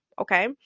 okay